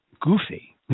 goofy